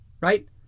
right